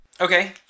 Okay